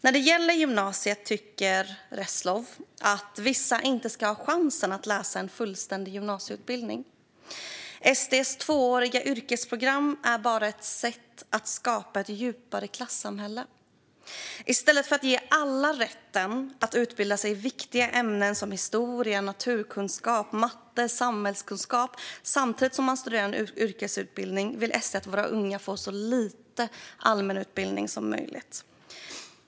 När det gäller gymnasiet tycker Reslow att vissa inte ska ha chansen att läsa en fullständig gymnasieutbildning. SD:s tvååriga yrkesprogram är bara ett sätt att skapa ett djupare klassamhälle. I stället för att ge alla rätt att utbilda sig i viktiga ämnen såsom historia, naturkunskap, matte och samhällskunskap samtidigt som man går på en yrkesutbildning vill SD att våra unga ska få så lite allmän utbildning som möjligt.